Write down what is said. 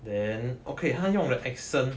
then okay 她用的 accent